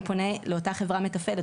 הוא פונה לאותה חברה מתפעלת,